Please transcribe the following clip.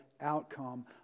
outcome